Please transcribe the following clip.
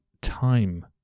time